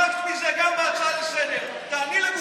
אני שואל אותך את השאלה ואני מבקש שתעני לגופו של עניין.